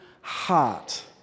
heart